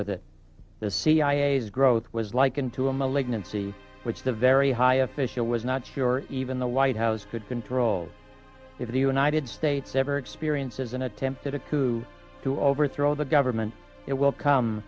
with it the cia's growth was like into a malignancy which the very high official was not sure even the white house could control if the united states ever experiences an attempt at a coup to overthrow the government it will come